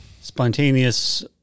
spontaneous